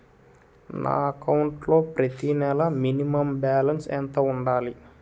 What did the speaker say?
నా అకౌంట్ లో ప్రతి నెల మినిమం బాలన్స్ ఎంత ఉండాలి?